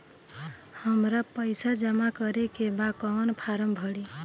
हमरा पइसा जमा करेके बा कवन फारम भरी?